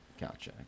Gotcha